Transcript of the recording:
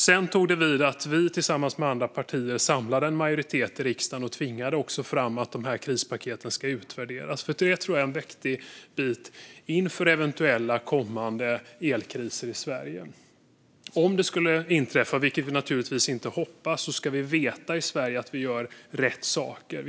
Sedan tog det vid att vi tillsammans med andra partier samlade en majoritet i riksdagen och tvingade fram att krispaketen ska utvärderas, för detta tror jag är en viktig bit inför eventuella kommande elkriser i Sverige. Om det skulle inträffa, vilket vi naturligtvis inte hoppas, ska vi veta i Sverige att vi gör rätt saker.